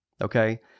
Okay